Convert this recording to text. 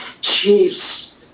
chiefs